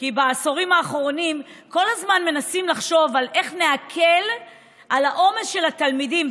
בעשורים האחרונים כל הזמן מנסים לחשוב איך להקל על העומס של התלמידים,